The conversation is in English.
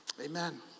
Amen